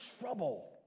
trouble